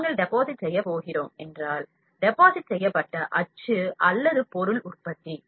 நாங்கள் டெபாசிட் செய்யப் போகிறோம் என்றால் டெபாசிட் செய்யப்பட்ட அச்சு அல்லது பொருள் உற்பத்தி